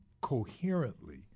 coherently